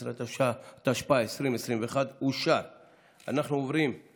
11). אפשר להתחיל את ההצבעה.